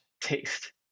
taste